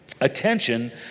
attention